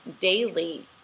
daily